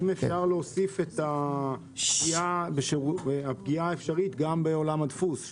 אם אפשר להוסיף את הפגיעה האפשרית גם בעולם הדפוס?